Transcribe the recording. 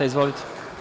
Izvolite.